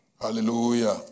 Hallelujah